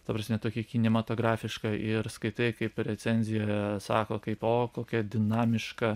ta prasme tokį kinematografišką ir skaitai kaip recenzijoje sako kaip o kokia dinamiška